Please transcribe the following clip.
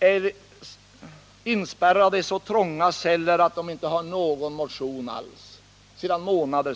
sitter inspärrade i så trånga celler att de inte kan få någon som helst motion.